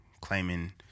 claiming